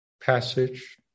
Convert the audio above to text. passage